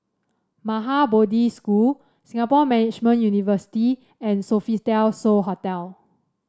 Maha Bodhi School Singapore Management University and Sofitel So Hotel